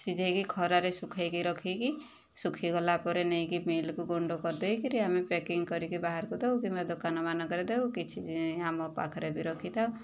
ସିଝାଇକି ଖରାରେ ସୁଖାଇକି ରଖିକି ଶୁଖିଗଲା ପରେ ନେଇକି ମିଲ୍କୁ ଗୁଣ୍ଡ କରିଦେଇ କରି ଆମେ ପ୍ୟାକିଂ କରିକି ବାହାରକୁ ଦେଉ କିମ୍ବା ଦୋକାନ ମାନଙ୍କରେ ଦେଉ କିଛି ଆମ ପାଖରେ ବି ରଖିଥାଉ